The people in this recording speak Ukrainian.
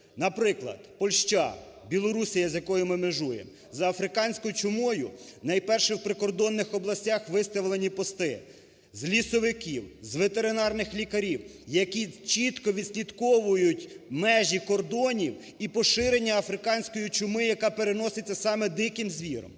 Наприклад, Польща, Білорусія, з якою ми межуємо, з африканською чумою найперше в прикордонних областях виставлені пости з лісовиків, з ветеринарних лікарів, які чітко відслідковують межі кордонів і поширення африканської чуми, яка переноситься саме диким звіром.